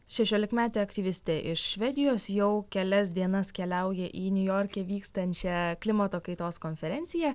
šešiolikmetė aktyvistė iš švedijos jau kelias dienas keliauja į niujorke vykstančią klimato kaitos konferenciją